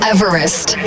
Everest